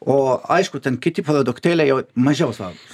o aišku ten kiti produktėliai jau mažiau svarbūs